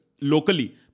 locally